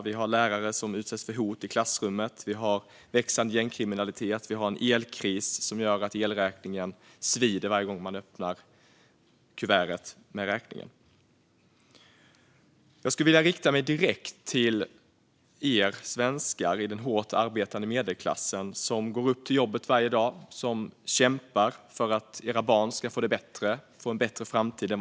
Vi har lärare som utsätts för hot i klassrummet. Vi har en växande gängkriminalitet. Vi har en elkris som svider varje gång man öppnar kuvertet med elräkningen. Jag skulle vilja rikta mig direkt till er svenskar i den hårt arbetande medelklassen, ni som stiger upp och går till jobbet varje dag och som kämpar för att era barn ska få det bättre än ni själva hade det.